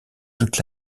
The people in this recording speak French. toute